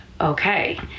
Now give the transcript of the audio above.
okay